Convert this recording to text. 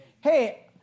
Hey